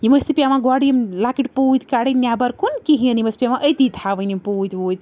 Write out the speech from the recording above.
یِم ٲسۍ نہِ پیٚوان گۄڈٕ یِم لۄکٕٹۍ پوٗتۍ کَڑٕنۍ نیٚبَر کُن کِہیٖنۍ یِم ٲسۍ پیٚوان أتی تھاوٕنۍ یِم پوٗتۍ ووٗتۍ